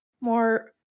more